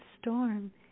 storm